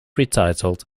retitled